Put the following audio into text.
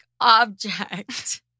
object